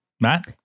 Matt